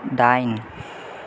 दाइन